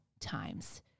times